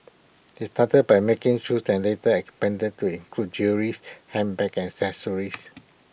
they started by making shoes and later expanded to include jewellery's handbags and accessories